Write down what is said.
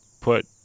put